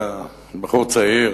אני רוצה לשאול אותך: אתה בחור צעיר,